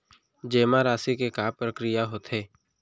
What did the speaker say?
जेमा राशि के का प्रक्रिया होथे?